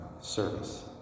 service